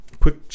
quick